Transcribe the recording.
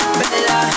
bella